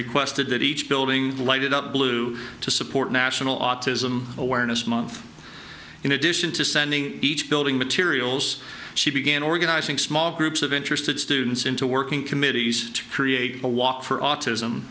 requested that each building light it up blue to support national autism awareness month in addition to sending each building materials she began organizing small groups of interested students into working committees to create a walk for autism